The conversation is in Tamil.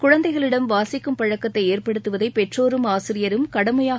குழந்தைகளிடம் வாசிக்கும் பழக்கத்தை ஏற்படுத்துவதை பெற்றோரும் ஆசிரியரும் கடமையாக